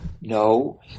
no